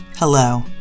Hello